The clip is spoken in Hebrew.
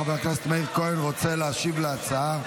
חבר הכנסת מאיר כהן רוצה להשיב על ההצעה,